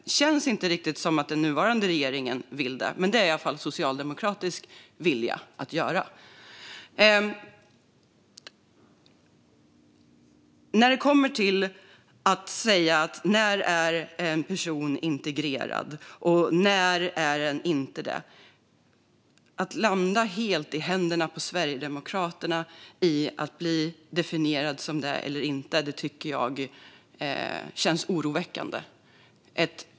Det känns inte riktigt som att den nuvarande regeringen vill det, men det är i alla fall Socialdemokraternas vilja. Att säga när en person är integrerad eller inte, och att lägga den definitionen i händerna på Sverigedemokraterna tycker jag känns oroväckande.